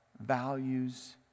values